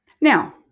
Now